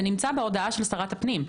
זה נמצא בהודעה של שרת הפנים.